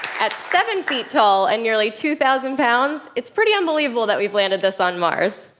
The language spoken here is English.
at seven feet tall and nearly two thousand pounds, it's pretty unbelievable that we've landed this on mars.